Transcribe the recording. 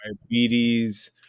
diabetes